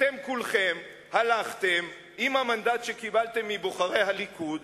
אתם כולכם הלכתם עם המנדט שקיבלתם מבוחרי הליכוד,